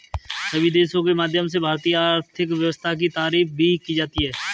सभी देशों के माध्यम से भारतीय आर्थिक व्यवस्था की तारीफ भी की जाती है